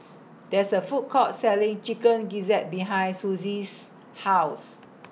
There IS A Food Court Selling Chicken Gizzard behind Susie's House